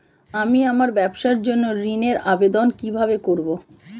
আমি আমার ব্যবসার জন্য ঋণ এর আবেদন কিভাবে করব?